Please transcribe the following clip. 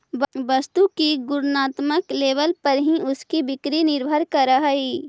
वस्तु की वर्णात्मक लेबल पर भी उसकी बिक्री निर्भर करअ हई